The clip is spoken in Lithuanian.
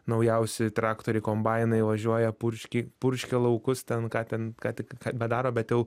naujausi traktoriai kombainai važiuoja purški purškia laukus ten ką ten ką tik bedaro bet jau